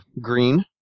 green